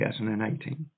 2018